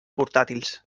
portàtils